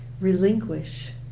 relinquish